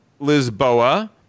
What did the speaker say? Lisboa